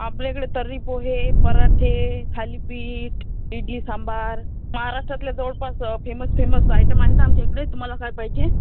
आपल्याकडे तर्री पोहे पराठे थालीपीठ इडली सांबार महाराष्ट्रातल्या जवळपास फेमस फेमस आयटम आहेत आमच्या इकडे तुम्हाला काय पाहिजे